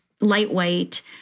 lightweight